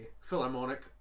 Philharmonic